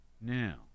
Now